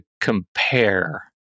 compare